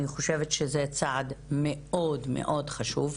אני חושבת שזה צעד מאוד חשוב,